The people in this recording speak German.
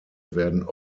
werden